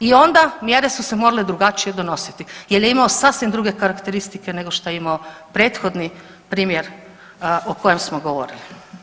I onda mjere su se morale drugačije donositi jer je imao sasvim druge karakteristike nego što je imao prethodni primjer o kojem smo govorili.